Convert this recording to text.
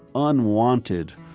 unwanted